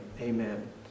amen